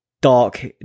dark